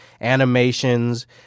animations